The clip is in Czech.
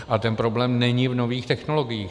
Ale ten problém není v nových technologiích.